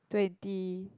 twenty